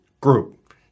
group